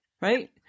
right